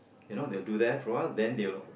you know they'll do that for awhile then they'll